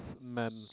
men